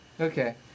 Okay